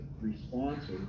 responses